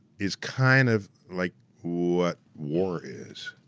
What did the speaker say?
is kind of like what war is.